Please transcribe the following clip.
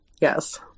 Yes